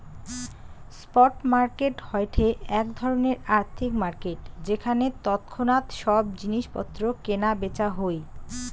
spot market হয়ঠে এক ধরণের আর্থিক মার্কেট যেখানে তৎক্ষণাৎ সব জিনিস পত্র কেনা বেচা হই